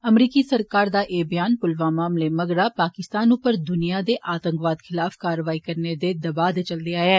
अमरीकी सरकार दा ए ब्यान पुलवामा हमले मगरा पाकिस्तान उप्पर दुनिया दे आतंकवाद खिलाफ कारवाई करने दे दवा दे चलदे आया ऐ